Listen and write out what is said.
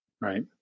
Right